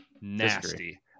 Nasty